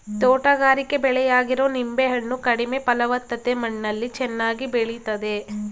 ತೋಟಗಾರಿಕೆ ಬೆಳೆಯಾಗಿರೊ ನಿಂಬೆ ಹಣ್ಣು ಕಡಿಮೆ ಫಲವತ್ತತೆ ಮಣ್ಣಲ್ಲಿ ಚೆನ್ನಾಗಿ ಬೆಳಿತದೆ